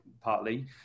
partly